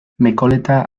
mekoleta